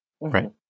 Right